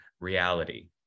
reality